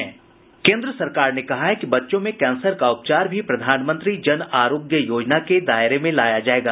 केन्द्र सरकार ने कहा है कि बच्चों में कैंसर का उपचार भी प्रधानमंत्री जन आरोग्य योजना के दायरे में लाया जाएगा